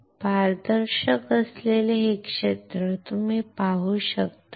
पारदर्शक असलेले हे क्षेत्र तुम्ही पाहू शकता का